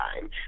time